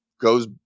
goes